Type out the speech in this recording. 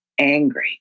angry